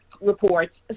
reports